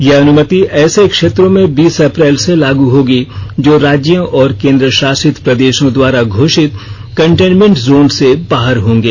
यह अनुमति ऐसे क्षेत्रों में बीस अप्रैल से लागू होगी जो राज्यों और केंद्र शासित प्रदेशों द्वारा घोषित कंटेन्मेन्ट जोन से बाहर होंगे